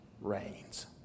reigns